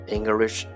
English